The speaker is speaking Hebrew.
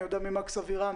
אני יודע ממקס אבירם,